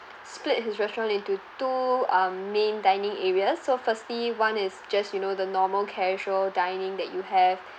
split his restaurant into two um main dining areas so firstly one is just you know the normal casual dining that you have